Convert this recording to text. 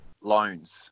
loans